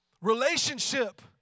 Relationship